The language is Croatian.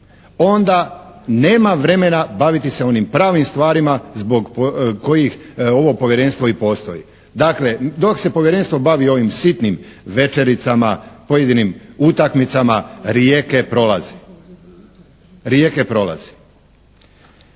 onda nema vremena baviti se onim pravnim stvarima zbog kojih ovo Povjerenstvo i postoji. Dakle, dok se Povjerenstvo bavi ovim sitnim večericama, pojedinim utakmicama rijeke prolaze. U ime kluba